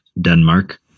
Denmark